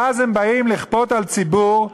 ואז הם באים לכפות על ציבור.